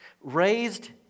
raised